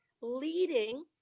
leading